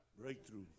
Breakthrough